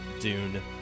Dune